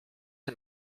and